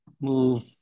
move